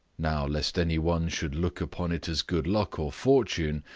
now, lest any one should look upon it as good luck or fortune,